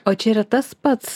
o čia yra tas pats